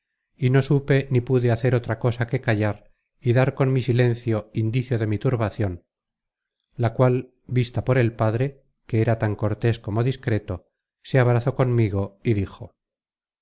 y no supe ni pude hacer otra cosa que callar y dar con mi silencio indicio de mi turbacion la cual vista por el padre que era tan cortés como discreto se abrazó conmigo y dijo